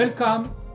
Welcome